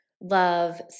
love